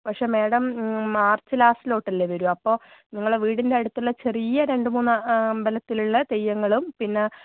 പക്ഷേ madam March ലാസ്റ്റിലോട്ടല്ലെ വരൂ അപ്പോൾ നിങ്ങള വീടിൻ്റെ അടുത്തുള്ള ചെറിയ രണ്ട് മൂന്ന് അമ്പലത്തിലുള്ള തെയ്യങ്ങളും പിന്നെ